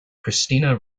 christina